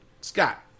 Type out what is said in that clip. Scott